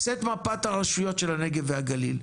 סט מפת הרשויות של הנגב והגליל,